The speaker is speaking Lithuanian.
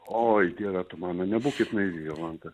oi dieve tu mano nebūkit naivi jolanta